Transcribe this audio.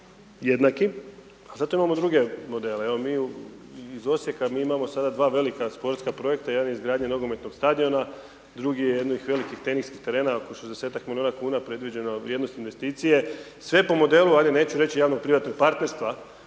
jednaki, zato imamo druge modele. Evo, mi iz Osijeka, mi imamo sada dva velika sportska projekta, jedan je izgradnja nogometnog stadiona, drugi je jednih velikih teniskih terena, oko 60-tak milijuna kuna predviđeno vrijednost investicije, sve po modelu, ajde neću reći, javnog privatnog partnerstva